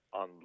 on